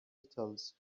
details